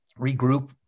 regroup